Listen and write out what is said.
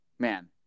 Man